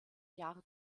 jahre